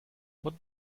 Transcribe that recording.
would